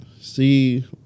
see